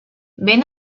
ben